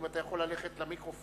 אם אתה יכול ללכת למיקרופון,